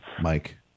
Mike